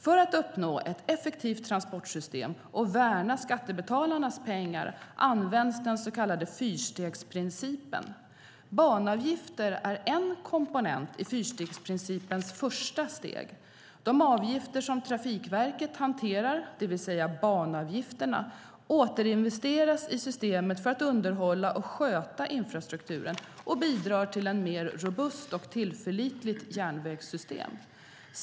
För att uppnå ett effektivt transportsystem och värna skattebetalarnas pengar används den så kallade fyrstegsprincipen. Banavgifter är en komponent i fyrstegsprincipens första steg. De avgifter som Trafikverket hanterar, det vill säga banavgifterna, återinvesteras i systemet för att underhålla och sköta infrastrukturen och bidrar till ett mer robust och tillförlitligt järnvägssystem.